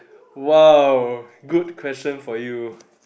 !wow! good question for you